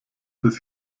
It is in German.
bis